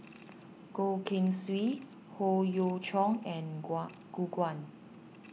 Goh Keng Swee Howe Yoon Chong and Gu Juan